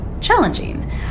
challenging